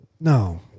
No